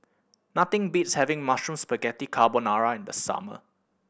nothing beats having Mushroom Spaghetti Carbonara in the summer